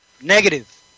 Negative